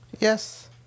Yes